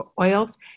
oils